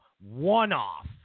one-off